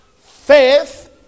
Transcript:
Faith